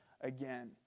again